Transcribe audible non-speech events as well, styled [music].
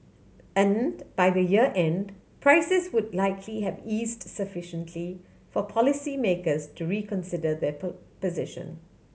and by the year end prices would likely have eased sufficiently for policymakers to reconsider their [unintelligible] position